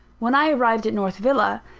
when i arrived at north villa,